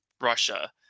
Russia